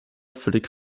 völlig